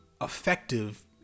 effective